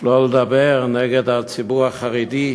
שלא לדבר נגד הציבור החרדי,